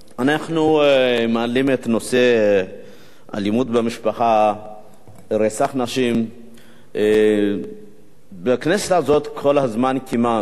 אנחנו מעלים את נושא האלימות במשפחה ורצח נשים בכנסת הזאת כל הזמן כמעט,